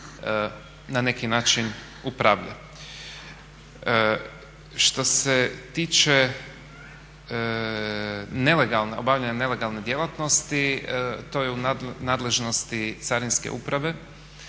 na neki način upravlja. Što se tiče obavljanja nelegalne djelatnosti to je u nadležnosti Carinske uprave